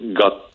got